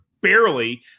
barely